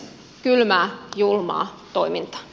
kylmää julmaa toimintaa